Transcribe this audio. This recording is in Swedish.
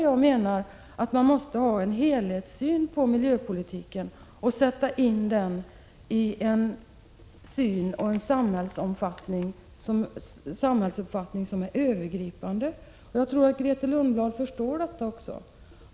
Jag menar att man måste anlägga en helhetssyn på miljöpolitiken, dvs. sätta in denna i ett övergripande perspektiv på samhället. Jag tror också att Grethe Lundblad förstår detta.